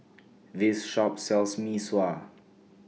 This Shop sells Mee Sua